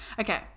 okay